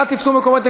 נא תפסו מקומותיכם,